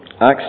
Acts